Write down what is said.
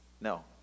No